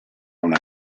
una